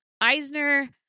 Eisner